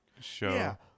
show